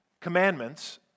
commandments